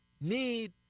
need